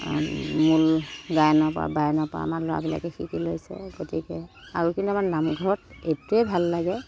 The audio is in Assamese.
আৰু মূল গায়নৰ পৰা বায়নৰ পৰা আমাৰ ল'ৰাবিলাকে শিকি লৈছে গতিকে আৰু কিন্তু আমাৰ নামঘৰত এইটোৱেই ভাল লাগে